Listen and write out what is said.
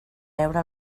veure